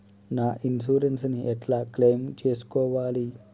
నా ఇన్సూరెన్స్ ని ఎట్ల క్లెయిమ్ చేస్కోవాలి?